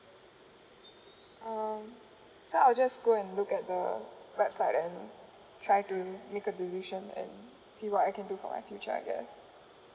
um so I'll just go and look at the website and try to make a decision and see what I can do for my future I guess